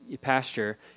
pasture